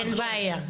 אין בעיה.